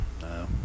No